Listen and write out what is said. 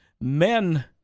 men